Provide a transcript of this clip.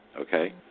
okay